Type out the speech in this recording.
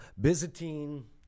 Byzantine